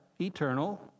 eternal